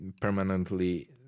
permanently